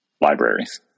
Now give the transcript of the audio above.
libraries